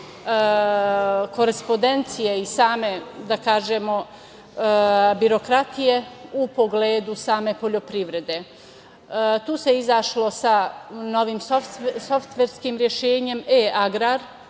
korespondencije i same birokratije u pogledu same poljoprivrede. Tu se izašlo sa novim softverskim rešenjem E-agrar,